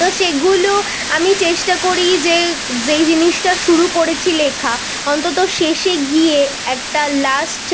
তো সেগুলো আমি চেষ্টা করি যে যেই জিনিসটা শুরু করেছি লেখা অন্তত শেষে গিয়ে একটা লাস্ট